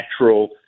natural